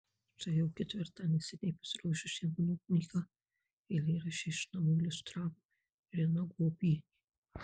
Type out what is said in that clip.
štai jau ketvirtą neseniai pasirodžiusią mano knygą eilėraščiai iš namų iliustravo irena guobienė